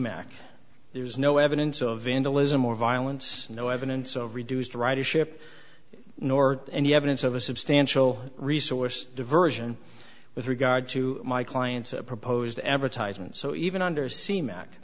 mack there is no evidence of vandalism or violence no evidence of reduced ridership nor any evidence of a substantial resource diversion with regard to my client's a proposed advertisement so even under sea mac